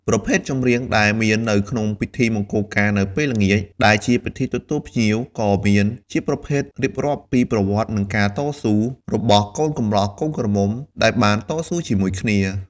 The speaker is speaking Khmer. ប្រភេទចម្រៀងដែលមាននៅក្នុងពិធីមង្កលការនៅពេលល្ងាចដែលជាពិធីទទួលភ្ញៀវក៏មានជាប្រភេទរៀបរាប់ពីប្រវត្តិនិងការតស៊ូរបស់កូនកម្លោះកូនក្រមុំដែលបានតស៊ូជាមួយគ្នា។